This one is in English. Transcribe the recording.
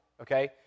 okay